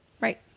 Right